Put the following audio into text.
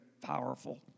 powerful